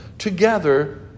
Together